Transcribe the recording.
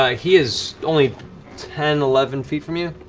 ah he is only ten, eleven feet from you.